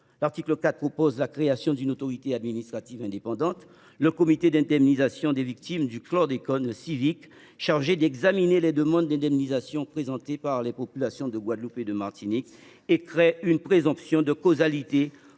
l’article 4, je propose la création d’une autorité administrative indépendante, le Comité d’indemnisation des victimes du chlordécone (Civic), chargée d’examiner les demandes d’indemnisation présentées par les populations de Guadeloupe et de Martinique. Cet article a aussi